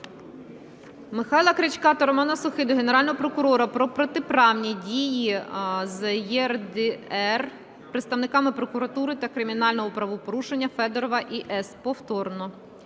Михайла Крячка та Романа Сохи до Генерального прокурора про протиправні дії з ЄРДР представниками прокуратури та кримінальні правопорушення Федорова І.С. (повторно).